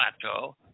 plateau